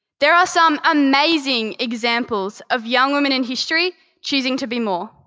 there are some amazing examples of young women in history choosing to be more.